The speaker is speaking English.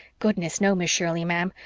goodness, no, miss shirley, ma'am.